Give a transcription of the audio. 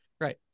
Right